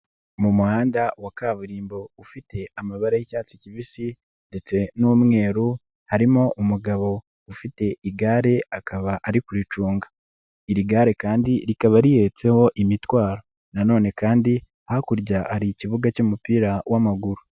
Mu muhanda wa kaburimbo ufite amabara y'icyatsi kibisi ndetse n'umweru harimo umugabo ufite igare akaba ari kuricunga, iri gare kandi rikaba rihetseho imitwaro nanone kandi hakurya hari ikibuga cy'umupira w'amaguru.